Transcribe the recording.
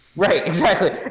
right. exactly.